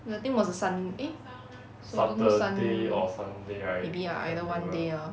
ya I think it was a sun~ eh saturday sun maybe lah either one day lor